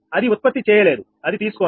అది ఉత్పత్తి చేయలేదు అది తీసుకోండి